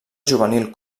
juvenil